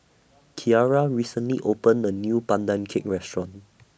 Kiara recently opened A New Pandan Cake Restaurant